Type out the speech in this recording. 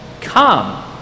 Come